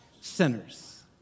sinners